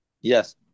Yes